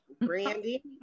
brandy